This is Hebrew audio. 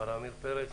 מר עמיר פרץ,